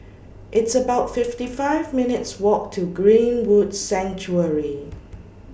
It's about fifty five minutes' Walk to Greenwood Sanctuary